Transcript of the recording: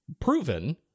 proven